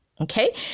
Okay